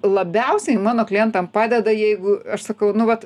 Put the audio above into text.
labiausiai mano klientam padeda jeigu aš sakau nu vat